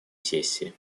сессии